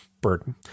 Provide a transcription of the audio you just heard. burden